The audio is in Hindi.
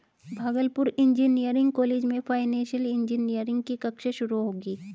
भागलपुर इंजीनियरिंग कॉलेज में फाइनेंशियल इंजीनियरिंग की कक्षा शुरू होगी